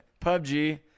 PUBG